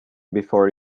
before